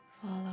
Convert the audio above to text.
Follow